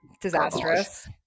disastrous